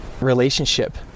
relationship